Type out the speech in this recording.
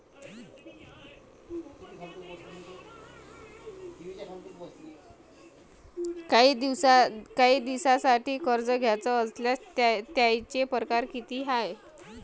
कायी दिसांसाठी कर्ज घ्याचं असल्यास त्यायचे परकार किती हाय?